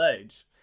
age